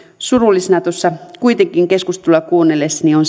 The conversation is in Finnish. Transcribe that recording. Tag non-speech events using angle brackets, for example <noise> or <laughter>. surullisena kuitenkin keskustelua kuunnellessani on <unintelligible>